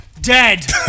Dead